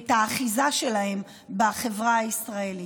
את האחיזה שלהם בחברה הישראלית.